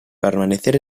permanecer